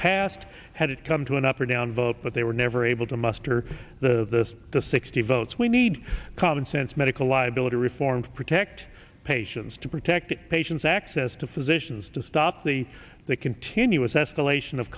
passed had it come to an up or down vote but they were never able to muster the the sixty votes we need common sense medical liability reform to protect patients to protect patients access to physicians to stop the the continuous escalation of